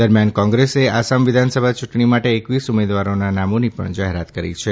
દરમિયાન કોંગ્રેસે આસામ વિધાનસભા ચુંટણી માટે એકવીસ ઉમેદવારોના નામોની જાહેરાત કરી છે